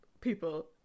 people